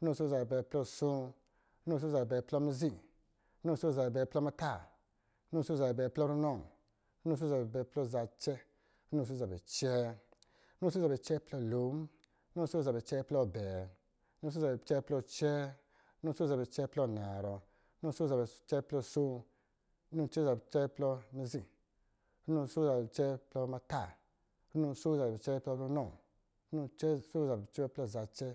Runo asoo ɔsɔ̄ zabɛ abɛɛ plɔ asoo, runo asoo ɔsɔ̄ zabɛ abɛɛ plɔ mizi, runo asoo ɔsɔ̄ zabɛ abɛɛ plɔ muta, runo asoo ɔsɔ̄ zabɛ abɛɛ plɔ runɔ, runo asoo ɔsɔ̄ zabɛ abɛɛ plɔ zacɛ, runo asoo ɔsɔ̄ zabɛ acɛɛ runo asoo ɔsɔ̄ zabɛ acɛɛ plɔ lo, runo asoo ɔsɔ̄ zabɛ acɛɛ plɔ abɛɛ, runo asoo ɔsɔ̄ zabɛ acɛɛ plɔ acɛɛ, runo asoo ɔsɔ̄ zabɛ acɛɛ plɔ anan, runo asoo ɔsɔ̄ zabɛ acɛɛ plɔ asoo, runo asoo ɔsɔ̄ zabɛ acɛɛ plɔ mizi, runo asoo ɔsɔ̄ zabɛ acɛɛ plɔ muta, runo asoo ɔsɔ̄ zabɛ acɛɛ plɔ runɔ, runo asoo ɔsɔ̄ zabɛ acɛɛ plɔ zacɛ,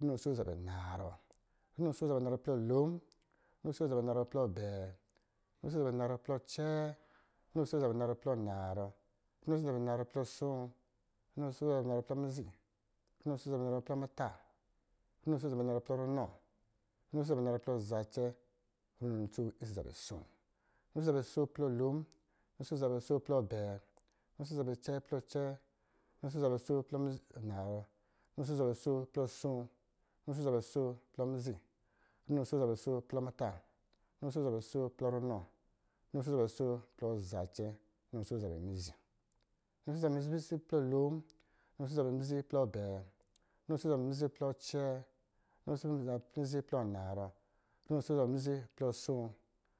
runo asoo ɔsɔ̄ zabɛ narɔ, runo asoo ɔsɔ̄ zabɛ narɔ plɔ lo, runo asoo ɔsɔ̄ zabɛ narɔ plɔ abɛɛ, runo asoo ɔsɔ̄ zabɛ narɔ plɔ acɛɛ, runo asoo ɔsɔ̄ zabɛ narɔ plɔ narɔ, runo asoo ɔsɔ̄ zabɛ narɔ plɔ asoo, runo asoo ɔsɔ̄ zabɛ narɔ plɔ mizi, runo asoo ɔsɔ̄ zabɛ narɔ plɔ muta, runo asoo ɔsɔ̄ zabɛ narɔ plɔ ranɔ, runo asoo ɔsɔ̄ zabɛ narɔ plɔ zacɛ, runo asoo ɔsɔ̄ zabɛ asoo, runo asoo ɔsɔ̄ zabɛ asoo plɔ lo, runo asoo ɔsɔ̄ zabɛ asoo plɔ abɛɛ, runo asoo ɔsɔ̄ zabɛ asoo plɔ acɛɛ, runo asoo ɔsɔ̄ zabɛ asoo plɔ narɔ, runo asoo ɔsɔ̄ zabɛ asoo plɔ asoo, runo asoo ɔsɔ̄ zabɛ asoo plɔ mizi, runo asoo ɔsɔ̄ zabɛ asoo plɔ muta, runo asoo ɔsɔ̄ zabɛ asoo plɔ runɔ, runo asoo ɔsɔ̄ zabɛ asoo plɔ zacɛ, runo asoo ɔsɔ̄ zabɛ mizi, runo asoo ɔsɔ̄ zabɛ mizi plɔ lo, runo asoo ɔsɔ̄ zabɛ mizi plɔ abɛɛ, runo asoo ɔsɔ̄ zabɛ mizi plɔ acɛɛ, runo asoo ɔsɔ̄ zabɛ mizi plɔ anarɔ, runo asoo ɔsɔ̄ zabɛ mizi plɔ asoo,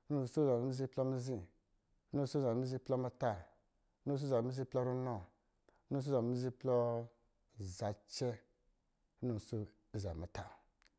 runo asoo ɔsɔ̄ zabɛ mizi plɔ mizi, runo asoo ɔsɔ̄ zabɛ mizi plɔ muta, runo asoo ɔsɔ̄ zabɛ mizi plɔ ranɔ, runo asoo ɔsɔ̄ zabɛ mizi plɔ zacɛ, runo asoo ɔsɔ̄ zabɛ muta